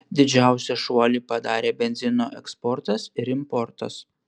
didžiausią šuolį padarė benzino eksportas ir importas